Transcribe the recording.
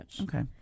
Okay